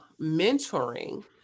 mentoring